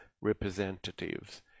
representatives